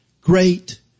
great